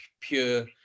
pure